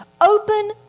Open